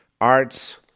arts